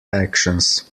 actions